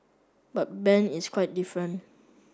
but Ben is quite different